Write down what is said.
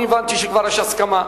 אני הבנתי שיש כבר הסכמה,